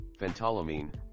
Phentolamine